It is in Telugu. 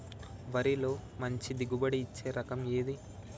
వరిలో మంచి దిగుబడి ఇచ్చే రకం ఏది?